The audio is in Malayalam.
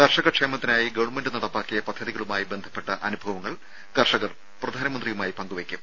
കർഷക ക്ഷേമത്തിനായി ഗവൺമെന്റ് നടപ്പാക്കിയ പദ്ധതികളുമായി ബന്ധപ്പെട്ട അനുഭവങ്ങൾ കർഷകർ പ്രധാനമന്ത്രിയുമായി പങ്കുവെയ്ക്കും